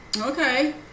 Okay